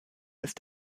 ist